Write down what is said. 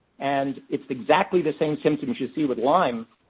and it's exactly the same symptoms you see with lyme,